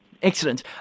Excellent